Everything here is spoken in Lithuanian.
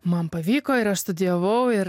man pavyko ir aš studijavau ir